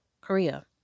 Korea